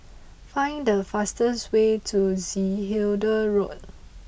find the fastest way to Zehnder Road